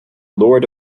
lord